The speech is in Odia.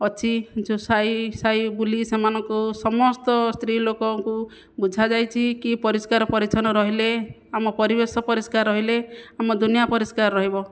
ଅଛି ଯେଉଁ ସାହି ସାହି ବୁଲି ସେମାନଙ୍କୁ ସମସ୍ତ ସ୍ତ୍ରୀଲୋକଙ୍କୁ ବୁଝା ଯାଇଛି କି ପରିଷ୍କାର ପରିଚ୍ଛନ୍ନ ରହିଲେ ଆମ ପରିବେଶ ପରିଷ୍କାର ରହିଲେ ଆମ ଦୁନିଆ ପରିଷ୍କାର ରହିବ